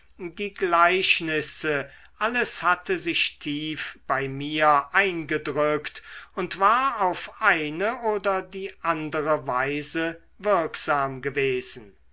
die gleichnisse alles hatte sich tief bei mir eingedrückt und war auf eine oder die andere weise wirksam gewesen